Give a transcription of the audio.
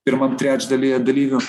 pirmam trečdalyje dalyvių